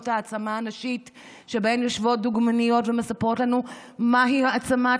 ההעצמה הנשית שבהן יושבות דוגמניות ומספרות להן מהי העצמה,